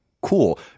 cool